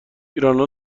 ایرنا